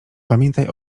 pamiętaj